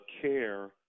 care